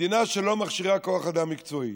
מדינה שלא מכשירה כוח אדם מקצועי